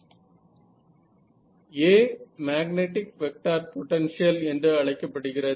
A magnetic vector potential என்று அழைக்கப்படுகிறது